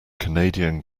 canadian